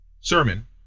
sermon